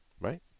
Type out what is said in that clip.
right